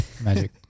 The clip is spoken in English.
magic